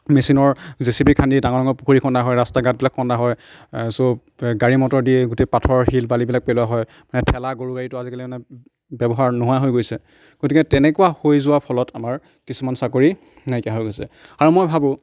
মেচিনৰ J C B খান্দিয়ে ডাঙৰ ডাঙৰ পুখুৰী খন্দা হয় ৰাস্তা ঘাটবিলাক খন্দা হয় চ' গাড়ী মটৰ দিয়ে গোটেই পাথৰ শিলবালিবিলাক পেলোৱা হয় মানে ঠেলা গৰু গাড়ীতো আজিকালি মানে ব্যৱহাৰ নোহোৱাই হৈ গৈছে গতিকে তেনেকুৱা হৈ যোৱা ফলত আমাৰ কিছুমান চাকৰি নাইকীয়া হৈ গৈছে আৰু মই ভাবো